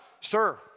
sir